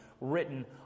written